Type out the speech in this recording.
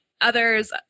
others